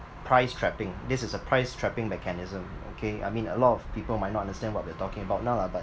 price trapping this is a price trapping mechanism okay I mean a lot of people might not understand what we're talking about now lah but